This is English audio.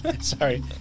Sorry